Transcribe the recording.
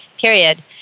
period